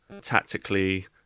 tactically